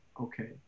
okay